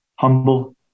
humble